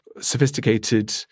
sophisticated